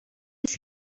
است